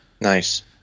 Nice